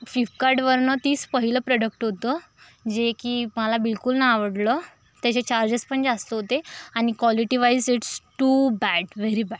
फ्लिपकार्डवरनं तीच पहिलं प्रॉडक्ट होतं जे की मला बिलकुल नाही आवडलं त्याचे चार्जेस पण जास्त होते आणि qualitywise it's too bad very bad